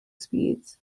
speeds